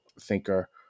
thinker